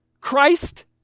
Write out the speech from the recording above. Christ